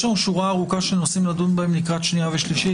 יש לנו שורה ארוכה של נושאים לדון בהם לקראת הקריאה השנייה והשלישית.